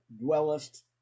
dwellest